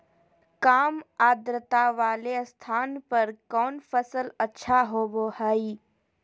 काम आद्रता वाले स्थान पर कौन फसल अच्छा होबो हाई?